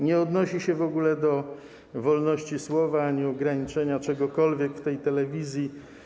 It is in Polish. Nie odnosi się w ogóle do wolności słowa ani ograniczenia czegokolwiek w tej telewizji.